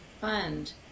fund